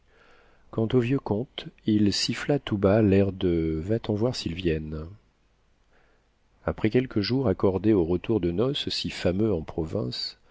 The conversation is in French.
quant au vieux comte il siffla tout bas l'air de va-t'en voir s'ils viennent après quelques jours accordés aux retours de noce si fameux en province